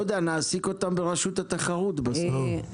לא יודע, נעסיק אותם ברשות התחרות בסוף.